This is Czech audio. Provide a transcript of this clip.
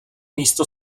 místo